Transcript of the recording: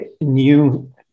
new